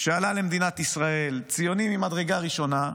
שעלה למדינת ישראל, ציוני ממדרגה ראשונה,